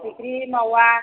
फिथिख्रि मावा